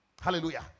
Hallelujah